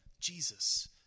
Jesus